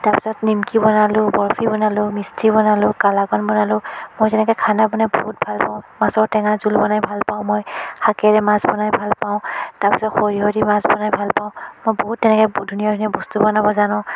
তাৰ পাছত নিমকী বনালোঁ বৰফি বনালোঁ মিষ্টি বনালোঁ কালাকান বনালোঁ মই তেনেকৈ খানা বনাই বহুত ভাল পাওঁ মাছৰ টেঙাৰ জোল বনাই ভাল পাওঁ মই শাকেৰে মাছ বনাই ভাল পাওঁ তাৰ পিছত সৰিয়হ দি মাছ বনাই ভাল পাওঁ মই বহুত তেনেকৈ বহুত ধুনীয়া ধুনীয়া বস্তু বনাব জানো